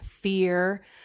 fear